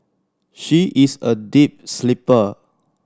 she is a deep sleeper